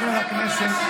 חבר הכנסת,